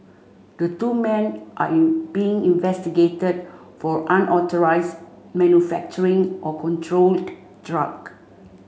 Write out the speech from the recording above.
the two men are you being investigated for unauthorised manufacturing of controlled drug